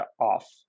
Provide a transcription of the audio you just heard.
off